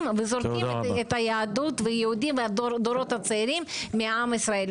וזורקים את היהדות והיהודים והדורות הצעירים מעם ישראל,